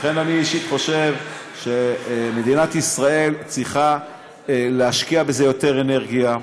לכן אני אישית חושב שמדינת ישראל צריכה להשקיע בזה יותר אנרגיה,